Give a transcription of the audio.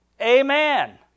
Amen